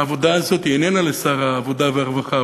העבודה הזאת איננה לשר העבודה והרווחה,